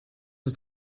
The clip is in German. ist